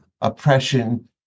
oppression